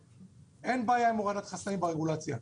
אין בעיה עם הורדת חסמים ברגולציה,